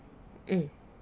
mm